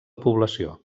població